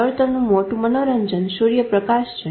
આવર્તનનું મોટું મનોરંજન સૂર્યપ્રકાશ છે